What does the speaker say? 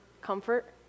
Comfort